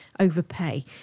overpay